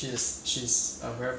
eh 我 last year 的东西还在 eh